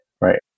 right